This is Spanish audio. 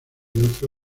otro